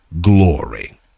glory